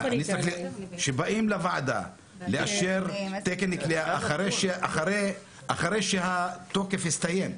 כשבאים לוועדה לאשר תקן כליאה אחרי שהתוקף הסתיים,